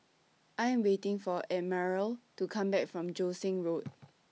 I Am waiting For Admiral to Come Back from Joo Seng Road